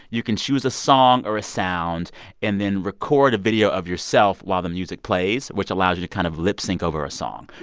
you can choose a song or a sound and then record a video of yourself while the music plays, which allows you to kind of lip sync over a song.